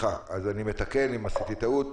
מתקן אם עשיתי טעות.